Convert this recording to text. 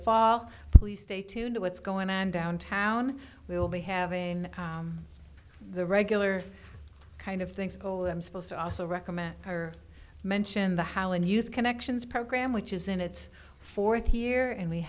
fall please stay tuned to what's going on downtown we will be having the regular kind of things oh i'm supposed to also recommend her mention the how and use connections program which is in its fourth year and we